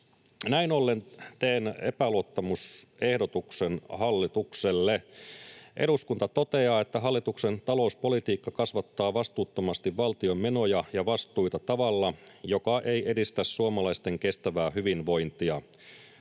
Näin ollen teen epäluottamusehdotuksen hallitukselle: ”Eduskunta toteaa, että hallituksen talouspolitiikka kasvattaa vastuuttomasti valtion menoja ja vastuita tavalla, joka ei edistä suomalaisten kestävää hyvinvointia.